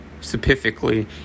specifically